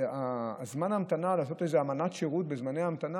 זמן ההמתנה, לעשות איזו אמנת שירות לזמני המתנה.